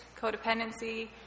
codependency